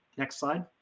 next slide.